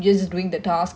mm